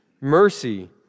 mercy